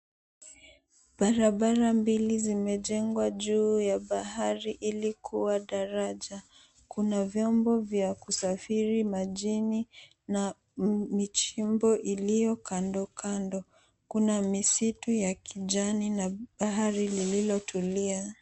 Barabara mbili zimejengwa juu ya bahari ili kuwa daraja. Kuna vyombo vya kusafiri majini na michimbo iliyo kandokando. Kuna misitu ya kijani na bahari lililotulia.